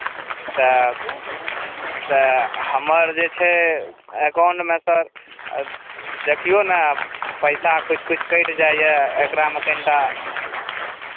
तऽ तऽ हमर जे छै एकाउंटमे सर देखियौ ने पैसा किछु किछु कटि जाइए एकरामे कनि टा